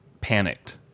panicked